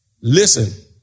listen